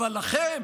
אבל לכם,